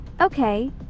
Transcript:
Okay